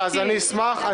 אני אשמח.